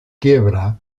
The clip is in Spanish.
quiebra